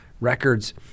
records